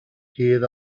hear